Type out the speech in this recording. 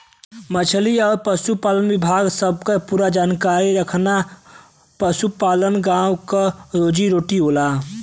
मछरी आउर पसुपालन विभाग सबकर पूरा जानकारी रखना पसुपालन गाँव क रोजी रोटी होला